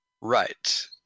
right